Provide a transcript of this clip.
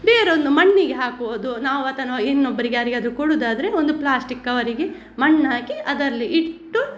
ಬೇರೊಂದು ಮಣ್ಣಿಗೆ ಹಾಕುವುದು ನಾವದನ್ನು ಇನ್ನೊಬ್ಬರಿಗೆ ಯಾರಿಗಾದರು ಕೊಡೊದಾದ್ರೆ ಒಂದು ಪ್ಲಾಸ್ಟಿಕ್ ಕವರಿಗೆ ಮಣ್ಣು ಹಾಕಿ ಅದರಲ್ಲಿ ಇಟ್ಟು